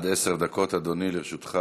עד עשר דקות, אדוני, לרשותך.